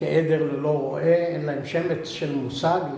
עדר ללא רואה, אין להם שמץ של מושג.